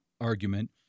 argument